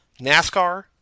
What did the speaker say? nascar